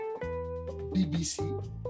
BBC